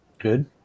Good